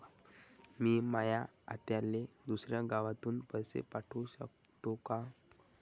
मी माया आत्याले दुसऱ्या गावातून पैसे पाठू शकतो का?